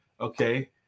Okay